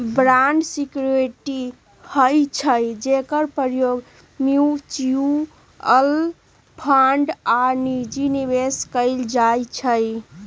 bond security होइ छइ जेकर प्रयोग म्यूच्यूअल फंड आऽ निजी निवेश में कएल जाइ छइ